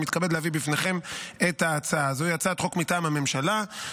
התשפ"ה 2024,